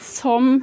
som